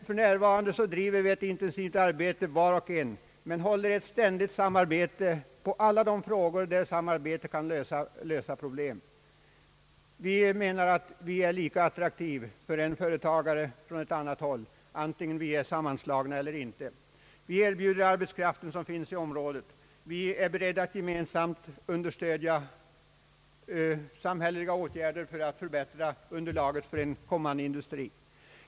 För närvarande driver vi ett intensivt arbete, var och en på sitt håll, men upprätthåller ett ständigt samarbete i alla de frågor som kan lösas genom samarbete. Vi menar att hela området är lika attraktivt för en företagare från annat håll antingen de är sammanslagna eller inte. Vi erbjuder den arbetskraft som finns i området. Vi är beredda att gemensamt un derstödja samhälleliga åtgärder för att förbättra service och andra förutsättningar för en kommande industri.